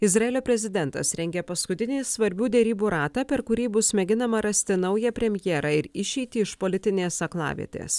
izraelio prezidentas rengia paskutinį svarbių derybų ratą per kurį bus mėginama rasti naują premjerą ir išeitį iš politinės aklavietės